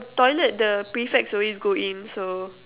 oh toilet the prefects always go in so